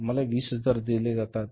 आम्हाला 20000 दिले जातात